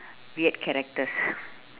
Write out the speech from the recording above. weird characters